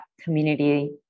community